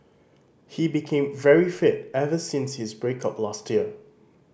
he became very fit ever since his break up last year